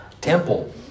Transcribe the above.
temple